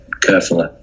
carefully